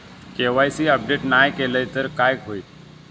KYC update नाय केलय तर काय होईत?